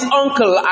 uncle